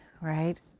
right